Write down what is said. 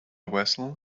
vessel